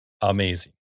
amazing